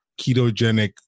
ketogenic